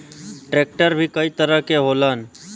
tractor भी कई तरह के होलन